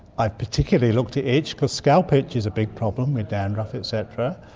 i've particularly looked at itch because scalp itch is a big problem with dandruff et cetera,